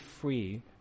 free